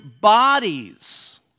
bodies